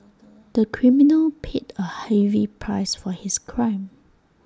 the criminal paid A heavy price for his crime